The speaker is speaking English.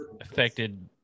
affected